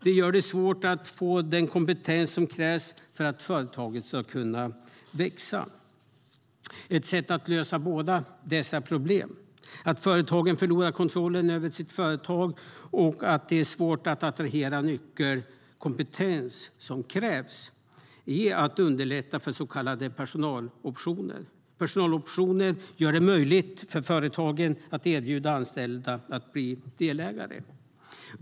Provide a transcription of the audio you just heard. Det gör det svårt att få den kompetens som krävs för att företaget ska kunna växa. Ett sätt att lösa båda dessa problem - att företagaren förlorar kontrollen över sitt företag och att det är svårt att attrahera den nyckelkompetens som krävs - är att underlätta för så kallade personaloptioner. Personaloptioner gör det möjligt för företagaren att erbjuda anställda att bli delägare.